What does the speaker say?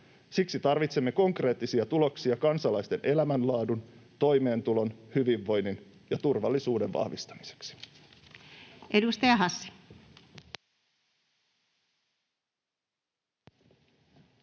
Siksi tarvitsemme konkreettisia tuloksia kansalaisten elämänlaadun, toimeentulon, hyvinvoinnin ja turvallisuuden vahvistamiseksi.